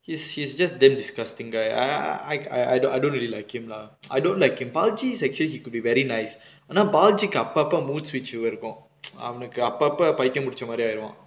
he's he's just damn disgusting guy I I I I don't I don't really like him lah I don't like him paji is actually he could be very nice ஆனா:aanaa paji கு அப்பப்ப மூச்சு விச்சு இருக்கு:ku appapa moochu vichu irukku அவனுக்கு அப்பப்ப பைத்தியோ புடிச்ச மாரி ஆயிடுவா:avanukku appapa paithiyo pudicha maari aayiduva